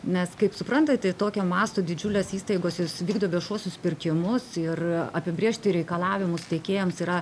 nes kaip suprantate tokio masto didžiulės įstaigos jos vykdo viešuosius pirkimus ir apibrėžti reikalavimus tiekėjams yra